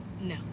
no